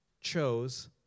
chose